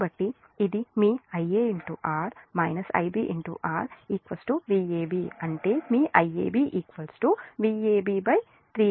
కాబట్టి ఇది మీ Ia R Ib R Vab అంటే మీ Iab V ab 3R okay